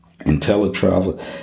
IntelliTravel